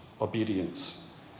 obedience